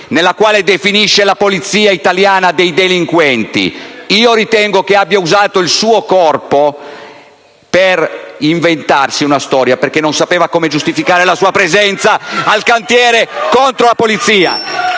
nella quale definisce la Polizia italiana «dei delinquenti»? Io ritengo che abbia usato il suo corpo per inventarsi una storia, perché non sapeva come giustificare la sua presenza al cantiere contro la Polizia.